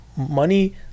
money